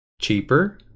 cheaper